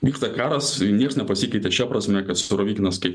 vyksta karas nieks nepasikeitė šia prasme kad storovytinas kaip ir